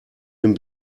den